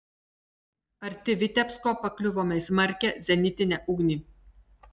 arti vitebsko pakliuvome į smarkią zenitinę ugnį